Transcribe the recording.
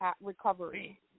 recovery